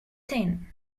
ten